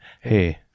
hey